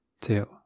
two